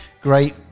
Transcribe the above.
Great